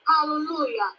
hallelujah